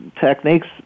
techniques